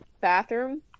bathroom